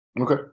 Okay